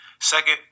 Second